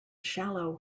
shallow